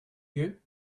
you